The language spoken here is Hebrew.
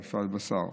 במפעל בשר,